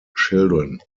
children